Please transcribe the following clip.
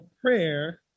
prayer